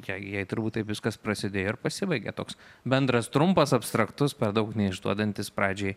jai jai turbūt viskas prasidėjo ir pasibaigė toks bendras trumpas abstraktus per daug neišduodantis pradžiai